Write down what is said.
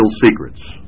secrets